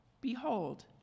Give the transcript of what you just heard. Behold